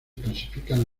clasifican